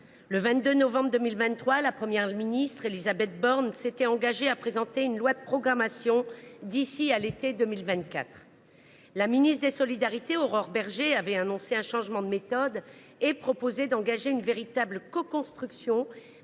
Le 22 novembre 2023, la Première ministre, Élisabeth Borne, s’était engagée à présenter un projet de loi de programmation d’ici à l’été 2024. La ministre des solidarités et des familles, Aurore Bergé, qui avait annoncé un changement de méthode, a proposé d’engager une véritable coconstruction